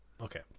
Okay